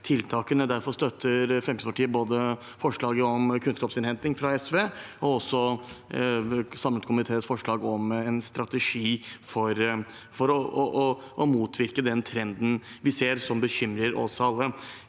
Derfor støtter Fremskrittspartiet både forslaget om kunnskapsinnhenting, fra SV, og også en samlet komités forslag om en strategi for å motvirke den trenden vi ser, som bekymrer oss alle.